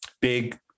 big